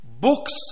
Books